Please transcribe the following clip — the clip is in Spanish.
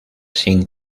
sin